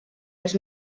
els